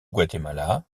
guatemala